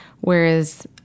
whereas